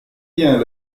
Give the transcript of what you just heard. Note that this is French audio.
bien